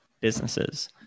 businesses